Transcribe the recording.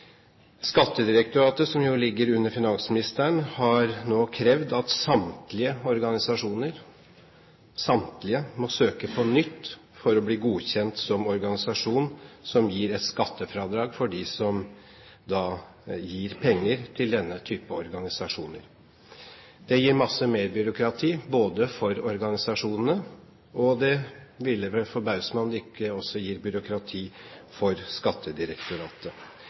Skattedirektoratet, som ligger under finansministeren, har nå krevd at samtlige organisasjoner – samtlige – må søke på nytt for å bli godkjent som organisasjon som gir et skattefradrag for dem som gir penger til denne typen organisasjoner. Det gir masse merbyråkrati for organisasjonene, og det ville vel forbause meg om det ikke også gir byråkrati for Skattedirektoratet.